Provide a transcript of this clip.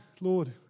Lord